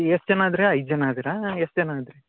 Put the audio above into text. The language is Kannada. ಎಷ್ಟು ಜನ ಇದ್ರಿ ಐದು ಜನ ಇದ್ದೀರಾ ಎಷ್ಟು ಜನ ಇದ್ರಿ